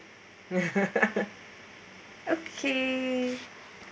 okay